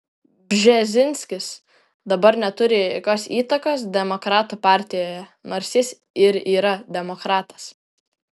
bžezinskis dabar neturi jokios įtakos demokratų partijoje nors jis ir yra demokratas